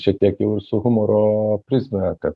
šiek tiek į mūsų humoro prizmę kad